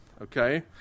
Okay